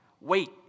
wait